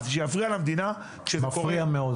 אז שיפריע למדינה --- מפריע מאוד,